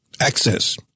access